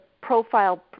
profile